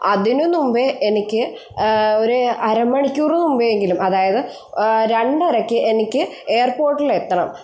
അതിനുമുമ്പേ എനിക്ക് ഒരു അരമണിക്കൂർ മുമ്പേയെങ്കിലും അതായത് രണ്ടരയ്ക്ക് എനിക്ക് എയർപോർട്ടിൽ എത്തണം